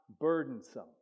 burdensome